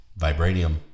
Vibranium